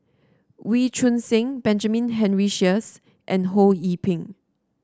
Wee Choon Seng Benjamin Henry Sheares and Ho Yee Ping